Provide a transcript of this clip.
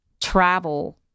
travel